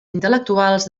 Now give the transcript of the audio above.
intel·lectuals